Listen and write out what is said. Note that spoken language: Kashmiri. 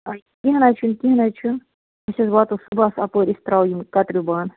کیٚنٛہہ نہَ حظ چھُنہٕ کیٚنٛہہ نہَ حظ چھُنہٕ أسۍ حظ واتو صُبَحس اَپٲرۍ أسۍ ترٛاوو یِم کَترِیو بانہٕ